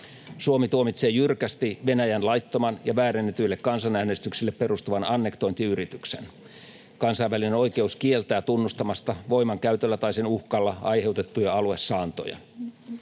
Suomi tuomitsee jyrkästi Venäjän laittoman ja väärennetyille kansanäänestyksille perustuvan annektointiyrityksen. Kansainvälinen oikeus kieltää tunnustamasta voimankäytöllä tai sen uhkalla aiheutettuja aluesaantoja.